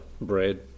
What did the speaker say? bread